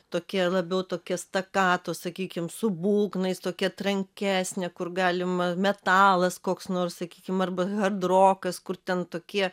tokia labiau tokia stakato sakykim su būgnais tokia trankesnė kur galima metalas koks nors sakykim arba hard rokas kur ten tokie